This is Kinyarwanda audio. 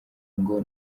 ngo